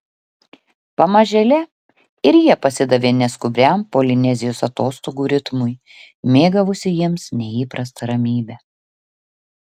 pamažėle ir jie pasidavė neskubriam polinezijos atostogų ritmui mėgavosi jiems neįprasta ramybe